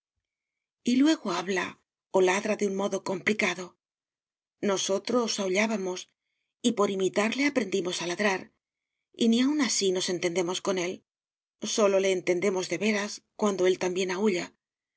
luego habla o ladra de un modo complicado nosotros aullábamos y por imitarle aprendimos a ladrar y ni aun así nos entendemos con él sólo le entendemos de veras cuando él también aúlla